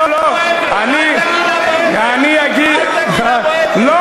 אל תגיד אבא אבן,